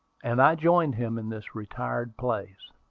and i joined him in this retired place.